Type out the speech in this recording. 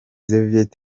soviet